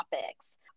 topics